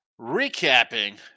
recapping